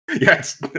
Yes